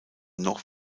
noch